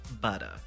butter